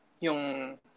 yung